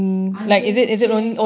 anjing kucing